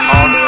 on